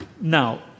Now